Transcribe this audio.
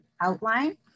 outline